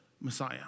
Messiah